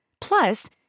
Plus